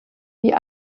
die